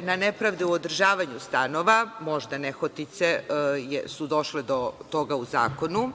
na nepravdu u održavanju stanova, možda nehotice su došle do toga u zakonu,